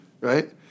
right